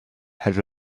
had